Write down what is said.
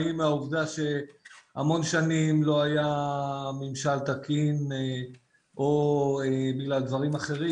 האם מהעובדה שהמון שנים לא היה ממשל תקין או בגלל דברים אחרים.